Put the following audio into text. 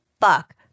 fuck